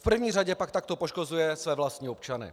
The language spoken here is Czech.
V první řadě pak takto poškozuje své vlastní občany.